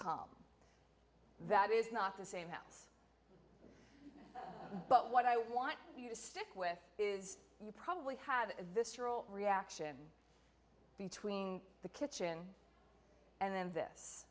calm that is not the same house but what i want you to stick with is you probably have this reaction between the kitchen and then this